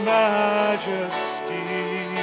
majesty